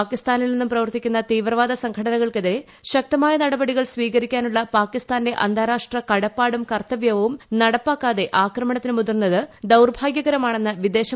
പാകിസ്ഥാനിൽ നിന്നും പ്രവർത്തിക്കുന്ന തീവ്രവാദ സംഘടനകൾക്കെതിരെ ശക്തമായ നടപടികൾ സ്വീകരിക്കാനുള്ള പാകിസ്ഥാന്റെ അന്താരാഷ്ട്ര കടപ്പാടും കർത്തവ്യവും നടപ്പാക്കാതെ ആക്രമണത്തിന് മുതിർന്നത് ദൌർഭാഗ്യകരമാണെന്ന് വിദേശ പ്രതികരിച്ചു